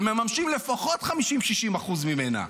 ומממשים לפחות 50% 60% ממנה?